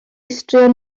straeon